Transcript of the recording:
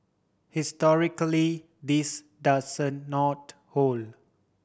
historically this not hold